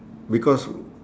because